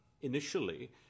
Initially